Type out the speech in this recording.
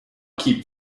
keep